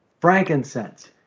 frankincense